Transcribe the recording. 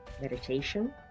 meditation